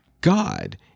God